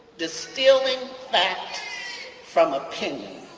distilling fact from opinion.